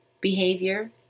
Behavior